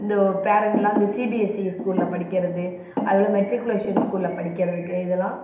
இந்த பேரண்ட்டுலாம் இந்த சிபிஎஸ்சி ஸ்கூலில் படிக்கிறது அது போல் மெட்ரிக்குலேஷன் ஸ்கூலில் படிக்கிறதுக்கு இதெல்லாம்